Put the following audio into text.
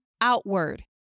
outward